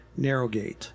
Narrowgate